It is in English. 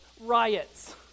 riots